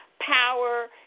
Power